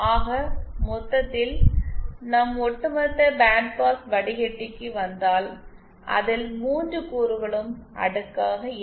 ஆக மொத்தத்தில் நம் ஒட்டுமொத்த பேண்ட் பாஸ் வடிகட்டிக்கு வந்தால் அதில் 3 கூறுகளும் அடுக்காக இருக்கும்